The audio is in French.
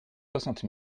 soixante